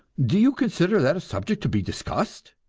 do you consider that a subject to be discussed?